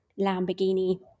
Lamborghini